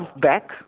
back